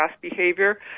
behavior